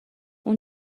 اون